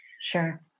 sure